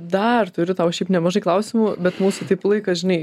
dar turiu tau šiaip nemažai klausimų bet mūsų taip laikas žinai